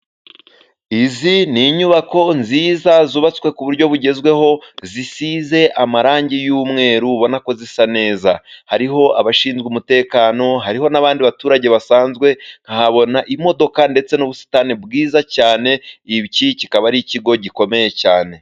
Izi ni inyubako nziza zubatswe ku buryo bugezweho, zisize amarangi y'umweru, ubona ko zisa neza. Hariho abashinzwe umutekano, hariho n'abandi baturage basanzwe, nkahabona imodoka ndetse n'ubusitani bwiza cyane, iki kikaba ari ikigo gikomeye cyane.